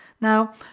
now